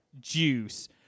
Juice